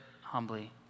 humbly